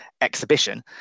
exhibition